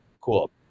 cool